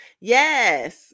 Yes